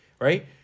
right